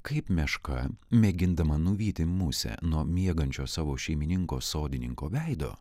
kaip meška mėgindama nuvyti musę nuo miegančio savo šeimininko sodininko veido